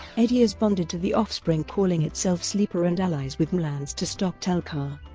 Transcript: eddie is bonded to the offspring calling itself sleeper and allies with m'lanz to stop tel-kar.